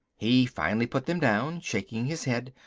he finally put them down, shaking his head.